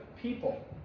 people